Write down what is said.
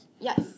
Yes